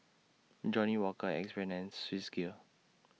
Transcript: Johnnie Walker Axe Brand and Swissgear